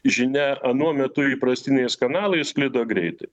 žinia anuo metu įprastiniais kanalais sklido greitai